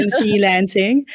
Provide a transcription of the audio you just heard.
freelancing